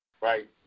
Right